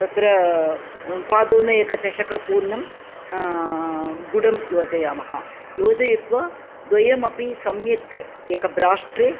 तत्र पादोनेकं चषकपूर्णं गुडं योजयामः योजयित्वा द्वयमपि सम्यक् एक ब्राष्ट्रे